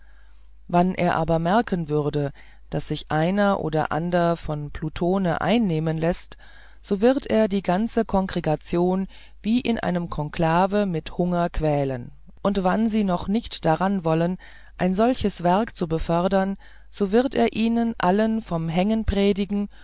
wann er aber merken würde daß sich einer oder ander von plutone einnehmen läßt so wird er die ganze kongregation wie in einem konklave mit hunger quälen und wann sie noch nicht daran wollen ein so hohes werk zu befördern so wird er ihnen allen vom hängen